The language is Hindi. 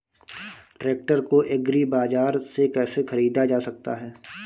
ट्रैक्टर को एग्री बाजार से कैसे ख़रीदा जा सकता हैं?